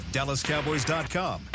DallasCowboys.com